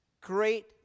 Great